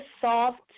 soft